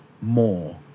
more